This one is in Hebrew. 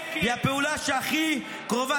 היא הפעולה שהכי קרובה,